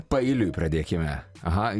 paeiliui pradėkime aha